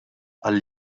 għal